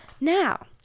Now